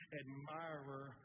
admirer